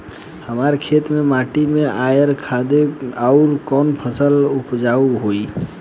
हमरा खेत के माटी मे आयरन जादे बा आउर कौन फसल उपजाऊ होइ?